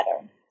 better